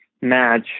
match